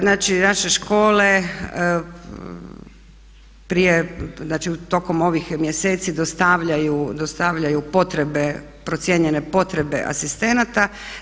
Znači naše škole prije, znači tokom ovih mjeseci dostavljaju potrebe procijenjene potrebe asistenata.